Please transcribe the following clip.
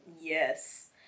Yes